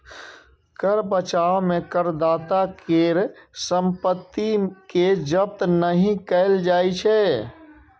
कर बचाव मे करदाता केर संपत्ति कें जब्त नहि कैल जाइ छै